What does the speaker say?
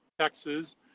Texas